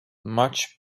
much